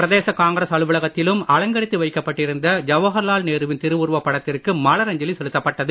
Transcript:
பிரதேச காங்கிரஸ் அலுவலகத்திலும் அலங்கரித்து வைக்கப்பட்டிருந்த ஜவஹர்லால் நேருவுன் திருவுருப் படத்திற்கு மலரஞ்சலி செலுத்தப்பட்டது